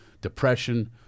depression